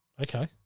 Okay